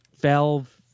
valve